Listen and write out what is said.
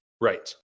Right